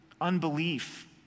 unbelief